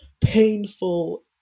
painful